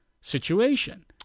situation